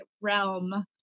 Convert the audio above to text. realm